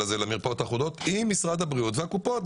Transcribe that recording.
הזה למרפאות האחודות עם משרד הבריאות והקופות.